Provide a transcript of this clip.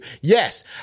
Yes